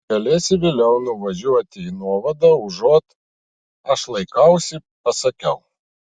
galėsi vėliau nuvažiuoti į nuovadą užuot aš laikausi pasakiau